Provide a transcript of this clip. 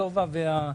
פרופ'